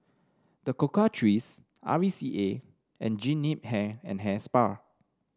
The Cocoa Trees R V C A and Jean Yip Hair and Hair Spa